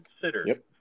considered